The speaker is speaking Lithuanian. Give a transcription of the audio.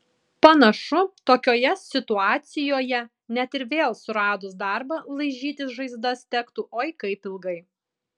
panašu tokioje situacijoje net ir vėl suradus darbą laižytis žaizdas tektų oi kaip ilgai